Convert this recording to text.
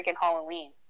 Halloween